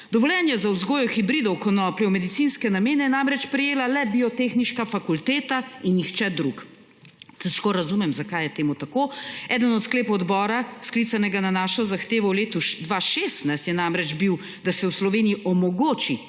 Dovoljenje za vzgojo hibridov konoplje v medicinske namene je namreč prejela le Biotehniška fakulteta in nihče drug. Težko razumem, zakaj je temu tako. Eden od sklepov odbora, sklicanega na našo zahtevo v letu 2016, je namreč bil, da se v Sloveniji omogoči